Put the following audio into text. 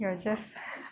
you are just